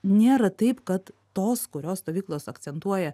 nėra taip kad tos kurios stovyklos akcentuoja